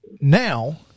now